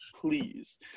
please